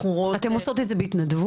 אתן עושות את זה בהתנדבות?